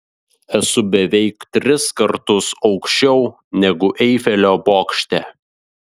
esu beveik tris kartus aukščiau negu eifelio bokšte